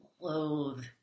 loathe